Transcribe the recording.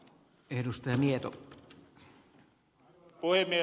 arvoisa puhemies